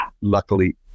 luckily